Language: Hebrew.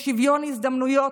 לשוויון הזדמנויות,